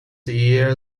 year